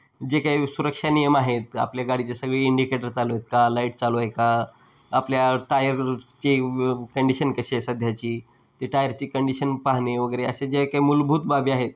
जे काही सुरक्षा नियम आहेत आपल्या गाडीचे सगळे इंडिकेटर चालू आहेत का लाईट चालू आहे का आपल्या टायरचे कंडिशन कशी आहे सध्याची ते टायरची कंडिशन पाहणे वगैरे असे जे काही मूलभूत बाबी आहेत